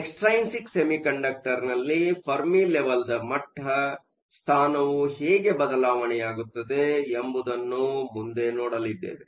extrinsic semiconductor ನಲ್ಲಿ Fermi level ಮಟ್ಟದ ಸ್ಥಾನವು ಹೇಗೆ ಬದಲಾವಣೆಯಾಗುತ್ತದೆ ಎಂಬುದನ್ನು ಮುಂದೆ ನೋಡಲಿದ್ದೆವೆ